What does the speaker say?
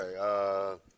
Okay